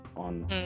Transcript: on